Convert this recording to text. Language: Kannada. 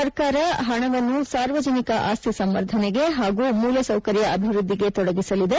ಸರ್ಕಾರ ಹಣವನ್ನು ಸಾರ್ವಜನಿಕ ಆಸ್ತಿ ಸಂವರ್ಧನೆಗೆ ಹಾಗೂ ಮೂಲ ಸೌಕರ್ಯ ಅಭಿವೃದ್ದಿಗೆ ತೊಡಗಿಸಲಿದೆ